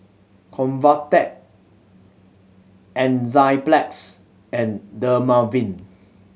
Convatec Enzyplex and Dermaveen